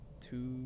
two